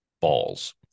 balls